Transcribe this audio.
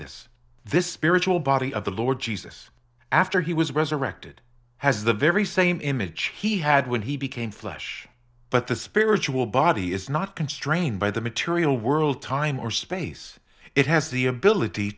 this this spiritual body of the lord jesus after he was resurrected has the very same image he had when he became flesh but the spiritual body is not constrained by the material world time or space it has the ability